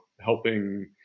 helping